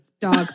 dog